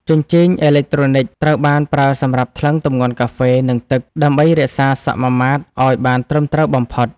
ជញ្ជីងអេឡិចត្រូនិកត្រូវបានប្រើសម្រាប់ថ្លឹងទម្ងន់កាហ្វេ និងទឹក ដើម្បីរក្សាសមាមាត្រឱ្យបានត្រឹមត្រូវបំផុត។